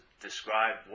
describe